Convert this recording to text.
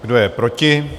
Kdo je proti?